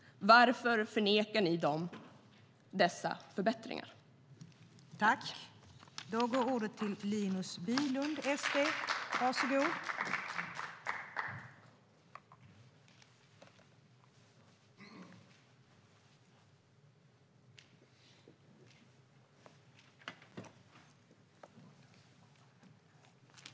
Varför nekar ni dem dessa förbättringar?